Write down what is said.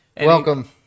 welcome